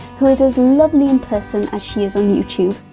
who is as lovely in person as she is on youtube.